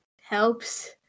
helps